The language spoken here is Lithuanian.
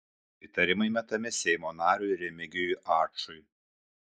įtarimai metami seimo nariui remigijui ačui